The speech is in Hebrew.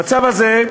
המצב הזה,